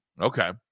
Okay